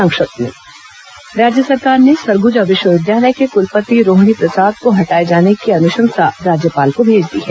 संक्षिप्त समाचार राज्य सरकार ने सरगुजा विश्वविद्यालय के कुलपति रोहिणी प्रसाद को हटाए जाने की अनुशंसा राज्यपाल को भेज दी है